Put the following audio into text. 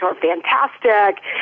fantastic